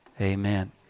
Amen